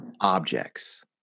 objects